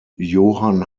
johann